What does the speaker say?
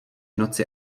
noci